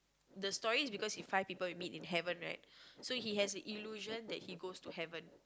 the story is because he five people he meet in Heaven right so he has the illusion that he goes to Heaven